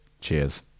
cheers